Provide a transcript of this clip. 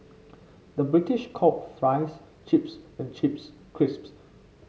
the British calls fries chips and chips crisps